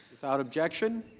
without objection.